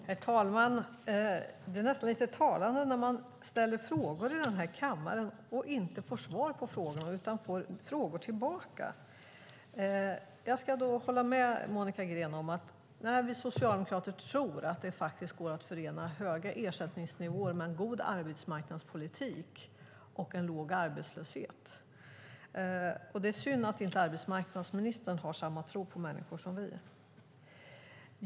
Herr talman! Det är lite talande att man när man ställer frågor i den här kammaren inte får svar på frågorna utan får frågor tillbaka. Jag håller med Monica Green om att vi socialdemokrater tror att det faktiskt går att förena höga ersättningsnivåer med en god arbetsmarknadspolitik och en låg arbetslöshet, och det är synd att inte arbetsmarknadsministern har samma tro på människor som vi.